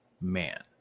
man